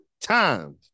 times